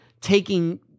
taking